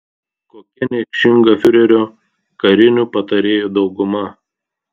kokia niekšinga fiurerio karinių patarėjų dauguma